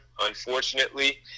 unfortunately